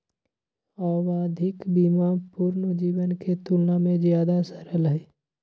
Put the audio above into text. आवधिक बीमा पूर्ण जीवन के तुलना में ज्यादा सरल हई